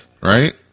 Right